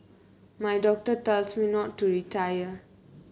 my doctor tells me not to retire